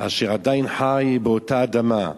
אשר עדיין חי באותה אדמה,